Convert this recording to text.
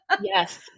Yes